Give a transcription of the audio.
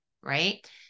right